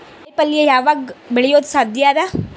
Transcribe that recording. ಕಾಯಿಪಲ್ಯ ಯಾವಗ್ ಬೆಳಿಯೋದು ಸಾಧ್ಯ ಅದ?